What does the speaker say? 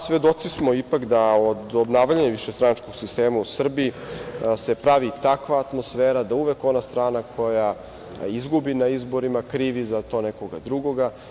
Svedoci smo ipak da od obnavljanja višestranačkog sistema u Srbiji se pravi takva atmosfera da uvek ona strana koja izgubi na izborima krivi za to nekog drugog.